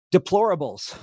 Deplorables